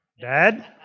Dad